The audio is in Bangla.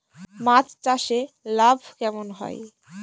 মাছ চাষে লাভ কেমন হয়?